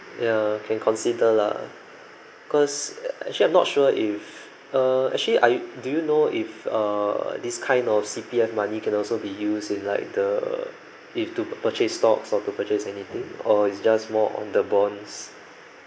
ya can consider lah cause actually I'm not sure if uh actually are you do you know if uh this kind of C_P_F money can also be used in like the if to purchase stocks or to purchase anything or is just more on the bonds